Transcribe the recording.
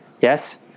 Yes